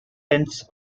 tenths